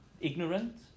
ignorant